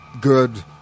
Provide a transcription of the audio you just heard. good